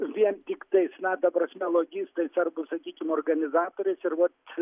vien tiktais na ta prasme logistais arba sakykim organizatoriais ir vat